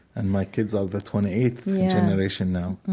and my kids are the twenty eighth generation now.